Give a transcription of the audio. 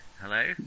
Hello